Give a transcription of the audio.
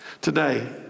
Today